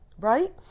Right